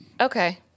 Okay